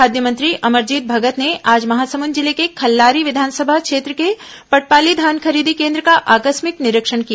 खाद्य मंत्री अमरजीत भगत ने आज महासमुद जिले के खल्लारी विधानसभा क्षेत्र के पटपाली धान खरीदी केन्द्र का आकस्मिक निरीक्षण किया